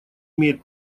имеет